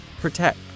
Protect